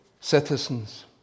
citizens